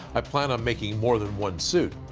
i plan on making more than one suit.